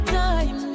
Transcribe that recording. time